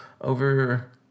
over